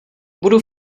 budu